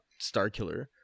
Starkiller